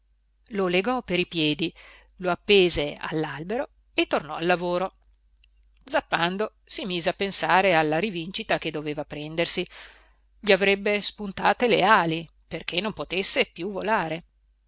lo legò per i piedi lo appese all'albero e tornò al lavoro zappando si mise a pensare alla rivincita che doveva prendersi gli avrebbe spuntate le ali perché non potesse più volare